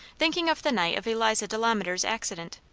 thinking of the night of eliza delamater's accident.